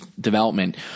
development